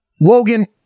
Logan